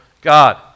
God